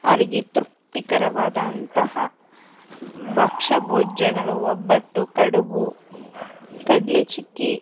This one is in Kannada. ಅವರಿಗೆ ತೃಪ್ತಿಕರವಾದಂತಹ ಭಕ್ಷ್ಯ ಭೋಜನಗಳು ಒಬ್ಬಟ್ಟು ಕಡಬು ಕಡಲೆ ಚಿಕ್ಕಿ